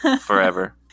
forever